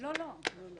לא, לא.